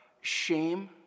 shame